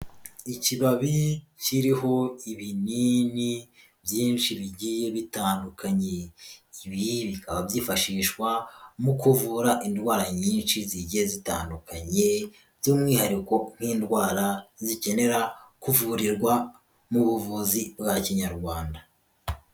Ikibabi kiriho ibinini byinshi bigiye bitandukanye. Ibi bikaba byifashishwa mu kuvura indwara nyinshi zigiye zitandukanye, by'umwihariko nk'indwara zikenera kuvurirwa mu buvuzi bwa kinyarwanda.